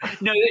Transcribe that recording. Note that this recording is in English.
No